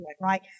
right